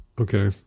Okay